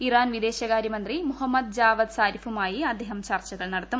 Iran വിദേശകാര്യ മന്ത്രി Mohammad Javad സാരിഫുമായി അദ്ദേഹം ചർച്ചകൾ നടത്തും